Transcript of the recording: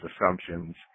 assumptions